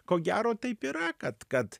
ko gero taip yra kad kad